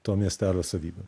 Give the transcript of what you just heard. to miestelio savybė